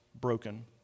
broken